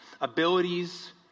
abilities